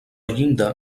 llinda